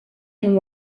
and